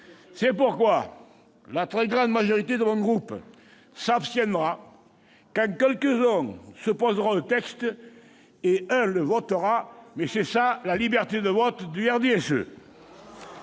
C'est pourquoi la très grande majorité de mon groupe s'abstiendra, quand quelques-uns s'opposeront au texte, et un le votera. C'est cela, la liberté de vote au sein